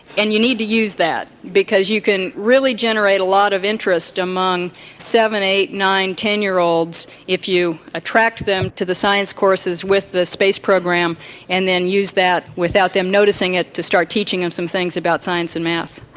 and you need to use that because you can really generate a lot of interest among seven, eight, nine, ten year olds if you attract them to the science courses with the space program and then use that without them noticing it to start teaching them some things about science and maths.